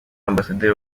ambasaderi